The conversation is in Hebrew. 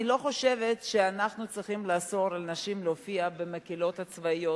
אני לא חושבת שאנחנו צריכים לאסור על נשים להופיע במקהלות הצבאיות,